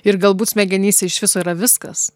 ir galbūt smegenyse iš viso yra viskas